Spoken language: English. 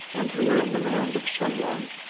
and who were in the land of shemlon,